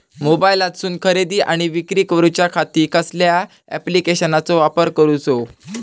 मोबाईलातसून खरेदी आणि विक्री करूच्या खाती कसल्या ॲप्लिकेशनाचो वापर करूचो?